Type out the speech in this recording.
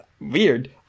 Weird